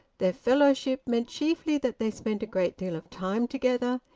their fellowship meant chiefly that they spent a great deal of time together,